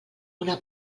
una